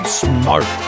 smart